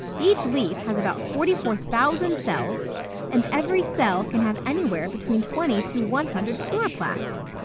each leaf has about forty four thousand cells and every cell can have anywhere between twenty to one hundred chloroplasts.